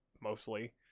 mostly